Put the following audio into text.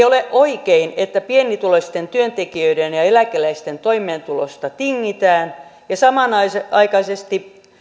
ole oikein että pienituloisten työntekijöiden ja eläkeläisten toimeentulosta tingitään ja samanaikaisesti